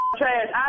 trash